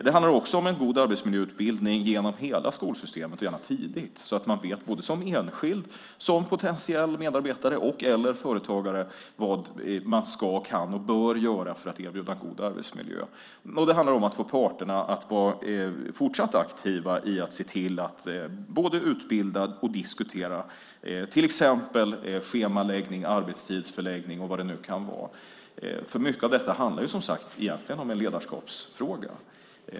Det handlar också om en god arbetsmiljöutbildning genom hela skolsystemet och gärna tidigt. Då vet man som enskild, potentiell medarbetare eller företagare vad man ska, kan och bör göra för att erbjuda en god arbetsmiljö. Det handlar om att få parterna att vara fortsatt aktiva och se till att både utbilda och diskutera. Det gäller till exempel schemaläggning, arbetstidsförläggning och vad det nu kan vara. Mycket av detta är egentligen en ledarskapsfråga.